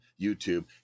YouTube